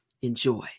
enjoy